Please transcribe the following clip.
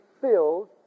filled